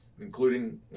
including